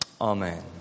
Amen